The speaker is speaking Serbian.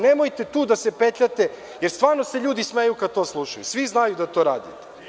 Nemojte tu da se petljate, jer stvarno se ljudi smeju kada to slušaju, svi znaju da to radite.